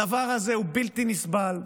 הדבר הזה הוא בלתי נסבל,